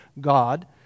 God